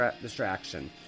distraction